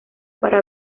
para